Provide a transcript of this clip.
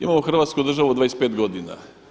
Imamo Hrvatsku državu 25 godina.